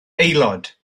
aelod